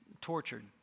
tortured